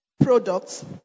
products